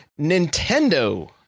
Nintendo